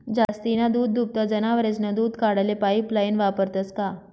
जास्तीना दूधदुभता जनावरेस्नं दूध काढाले पाइपलाइन वापरतंस का?